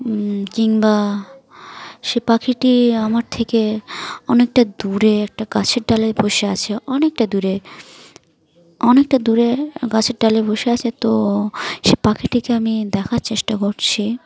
কিংবা সে পাখিটি আমার থেকে অনেকটা দূরে একটা গাছের ডালে বসে আছে অনেকটা দূরে অনেকটা দূরে গাছের ডালে বসে আছে তো সে পাখিটিকে আমি দেখার চেষ্টা করছি